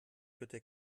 bitte